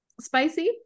spicy